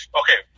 okay